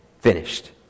finished